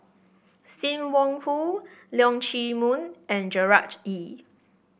Sim Wong Hoo Leong Chee Mun and Gerard Ee